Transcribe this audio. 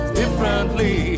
differently